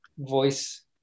Voice